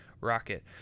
Rocket